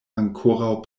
ankoraŭ